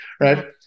right